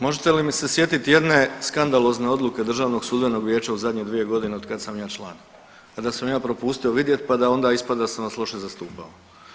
Možete li mi se sjetiti jedne skandalozne odluke Državnog sudbenog vijeća u zadnje 2 godine od kad sam ja član, a da sam ja propustio vidjeti pa da onda ispada da sam vas loše zastupao.